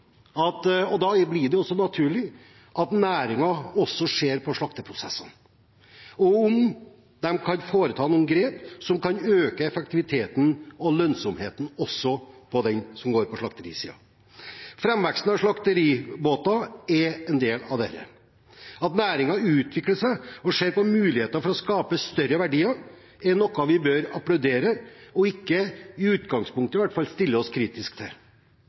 at næringen ser på slakteprosessen og om de kan ta noen grep som kan øke effektiviteten og lønnsomheten også på slaktesiden. Framveksten av slaktebåter er en del av dette. At næringen utvikler seg og ser på muligheter for å skape større verdier, er noe vi bør applaudere og i hvert fall ikke i utgangspunktet stille oss kritiske til. Jeg vil påpeke at slaktebåter i